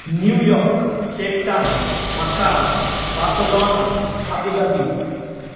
new York Cape Town Macau बार्सोलॉनां आबूदाबी